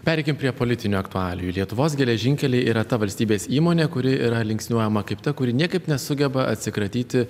pereikim prie politinių aktualijų lietuvos geležinkeliai yra ta valstybės įmonė kuri yra linksniuojama kaip ta kuri niekaip nesugeba atsikratyti